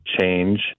change